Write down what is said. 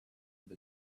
with